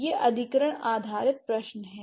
यह अधिग्रहण आधारित प्रश्न है